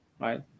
right